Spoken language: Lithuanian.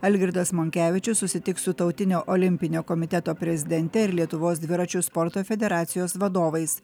algirdas monkevičius susitiks su tautinio olimpinio komiteto prezidente ir lietuvos dviračių sporto federacijos vadovais